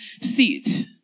seat